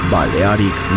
Balearic